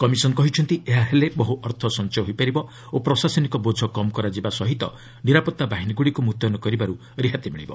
commission କହିଛନ୍ତି ଏହା ହେଲେ ବହୁ ଅର୍ଥ ସଞ୍ଚୟ ହୋଇପାରିବ ଓ ପ୍ରଶାସନିକ ବୋଝ କମ୍ କରାଯିବା ସହ ନିରାପତ୍ତା ବାହିନୀଗୁଡ଼ିକୁ ମୁତୟନ କରିବାରୁ ରିହାତି ମିଳିବ